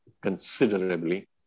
considerably